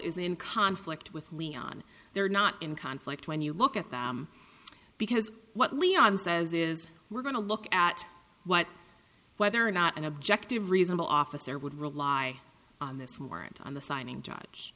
is in conflict with leon they're not in conflict when you look at them because what leon says is we're going to look at what whether or not an objective reasonable officer would rely on this weren't on the signing judge